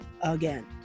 again